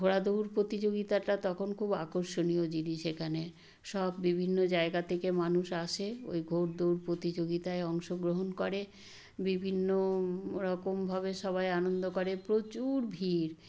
ঘোড়া দৌড় প্রতিযোগিতাটা তখন খুব আকষ্যণীয় জিনিস একানের সব বিভিন্ন জায়গা থেকে মানুষ আসে ওই ঘোড় দৌড় প্রতিযোগিতায় অংশগ্রহণ করে বিভিন্ন রকমভাবে সবাই আনন্দ করে প্রচুর ভিড়